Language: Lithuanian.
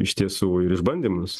iš tiesų ir išbandymus